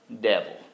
devil